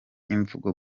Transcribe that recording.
imivugo